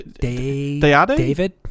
David